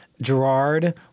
Gerard